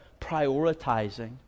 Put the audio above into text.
prioritizing